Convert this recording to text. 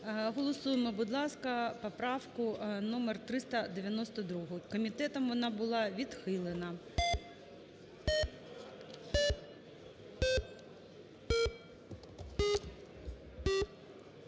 Голосуємо, будь ласка, поправку номер 392. Комітетом вона була відхилена.